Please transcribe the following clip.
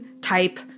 type